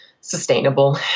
sustainable